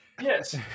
Yes